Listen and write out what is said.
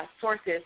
sources